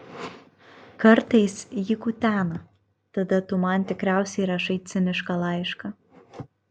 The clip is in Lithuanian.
kartais jį kutena tada tu man tikriausiai rašai cinišką laišką